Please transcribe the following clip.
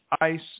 Ice